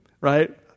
right